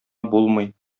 булмый